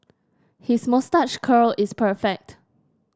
his moustache curl is perfect